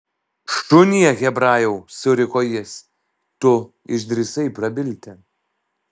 šunie hebrajau suriko jis tu išdrįsai prabilti